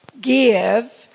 give